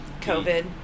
COVID